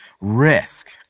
risk